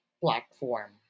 platform